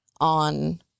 on